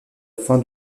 fin